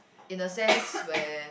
in the sense where